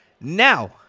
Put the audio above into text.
now